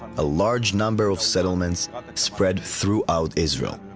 a large number of settlements spread throughout israel.